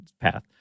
path